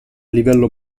livello